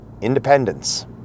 independence